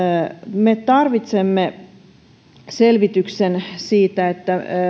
me tarvitsemme selvityksen siitä